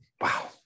Wow